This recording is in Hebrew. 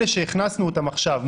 אלה שהכנסנו אותם עכשיו,